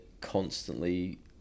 constantly